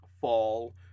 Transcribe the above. fall